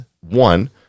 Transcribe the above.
one